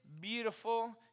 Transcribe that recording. beautiful